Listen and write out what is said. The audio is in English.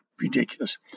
ridiculous